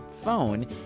phone